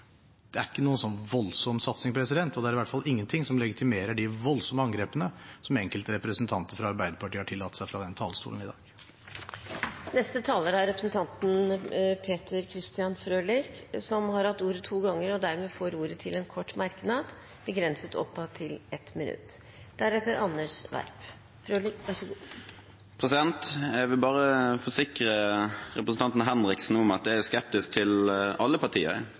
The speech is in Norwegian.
Det er ikke noen voldsom satsing, og det er i hvert fall ikke noe som legitimerer de voldsomme angrepene som enkelte representanter fra Arbeiderpartiet har tillatt seg fra denne talerstolen i dag. Representanten Peter Christian Frølich har hatt ordet to ganger tidligere og får ordet til en kort merknad, begrenset til 1 minutt. Jeg vil bare forsikre representanten Klinge om at jeg er skeptisk til alle partier som ønsker å avskaffe en mellomstatlig avtale uten tilsynelatende å ha lest avtaleteksten. Jeg er skeptisk til alle partier